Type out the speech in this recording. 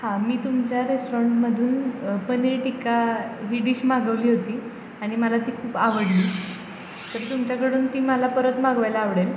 हां मी तुमच्या रेस्टॉरंटमधून पनीर टिक्का ही डिश मागवली होती आणि मला ती खूप आवडली तर तुमच्याकडून ती मला परत मागवायला आवडेल